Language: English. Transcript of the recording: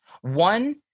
One